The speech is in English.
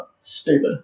Stupid